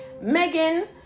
Megan